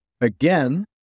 again